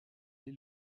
est